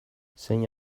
zein